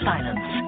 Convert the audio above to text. Silence